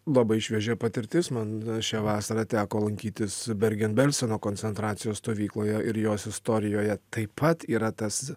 labai šviežia patirtis man šią vasarą teko lankytis bergen belseno koncentracijos stovykloje ir jos istorijoje taip pat yra tas